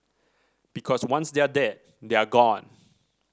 because once they're dead they're gone